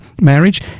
marriage